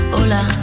hola